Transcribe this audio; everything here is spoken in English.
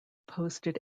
posted